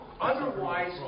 otherwise